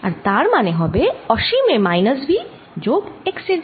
আর তার মান হবে অসীমে মাইনাস V যোগ x এ V